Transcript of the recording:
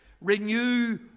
renew